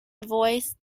voice